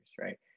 right